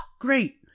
great